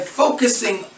focusing